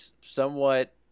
somewhat